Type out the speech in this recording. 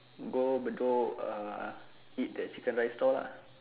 go bedok err eat the chicken rice store lah